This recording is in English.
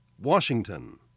Washington